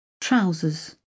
Trousers